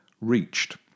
reached